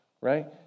right